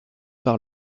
par